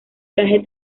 traje